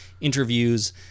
interviews